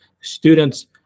students